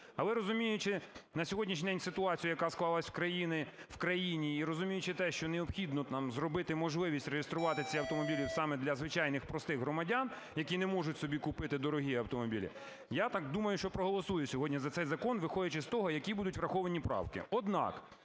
Але, розуміючи на сьогоднішній день ситуацію, яка склалася в країні, і розуміючи те, що необхідно нам зробити можливість реєструвати ці автомобілі саме для звичайних, простих громадян, які не можуть собі купити дорогі автомобілі, я так думаю, що проголосую сьогодні за цей закон, виходячи з того, які будуть враховані правки.